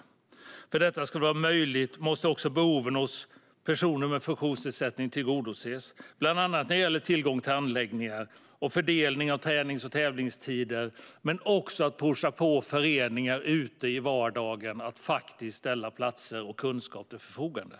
För att detta ska vara möjligt måste också behoven hos personer med funktionsnedsättning tillgodoses, bland annat när det gäller tillgång till anläggningar och fördelning av tränings och tävlingstider men också att pusha på föreningar ute i vardagen att ställa platser och kunskap till förfogande.